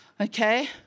Okay